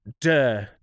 duh